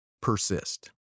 Persist